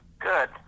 Good